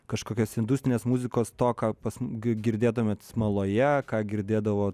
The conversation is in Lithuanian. kažkokios industrinės muzikos stoką girdėdami smaloje ką girdėdavo